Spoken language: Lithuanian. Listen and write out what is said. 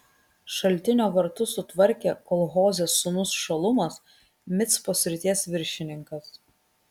šaltinio vartus sutvarkė kol hozės sūnus šalumas micpos srities viršininkas